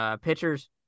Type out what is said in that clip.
pitchers